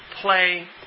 play